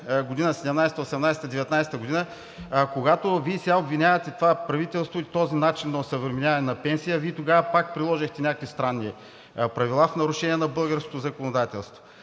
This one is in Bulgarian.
2018-а и 2019 г. Вие сега обвинявате това правителство и този начин на осъвременяване на пенсиите, а Вие тогава пак приложихте някакви странни правила в нарушение на българското законодателство.